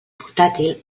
portàtil